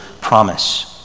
promise